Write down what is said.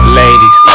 ladies